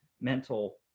mental